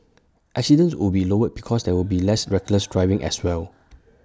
accidents would be lowered because there will be less reckless driving as well